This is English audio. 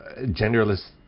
Genderless